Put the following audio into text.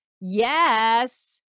Yes